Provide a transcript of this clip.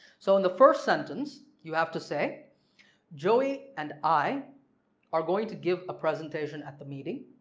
so in the first sentence you have to say joey and i are going to give a presentation at the meeting.